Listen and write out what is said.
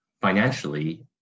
financially